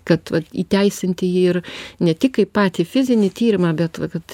kad vat įteisinti jį ir ne tik kaip patį fizinį tyrimą bet va kad